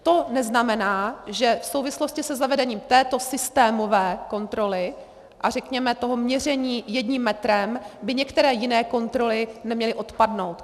To neznamená, že v souvislosti se zavedením této systémové kontroly a řekněme toho měření jedním metrem by některé jiné kontroly neměly odpadnout.